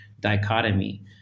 dichotomy